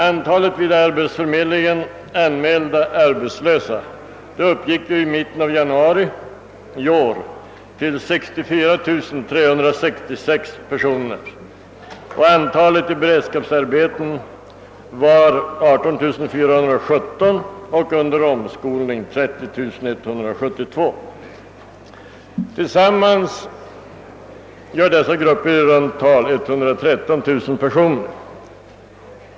Antalet vid arbetsförmedlingen anmälda arbetslösa uppgick i mitten av januari i år till 64 366 personer. Antalet personer i beredskapsarbeten var 18 417 och under omskolning 30 172. Tillsammans utgör dessa grupper i runt tal 113 000 personer.